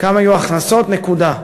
כמה יהיו ההכנסות, נקודה.